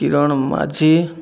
Kiran Majhi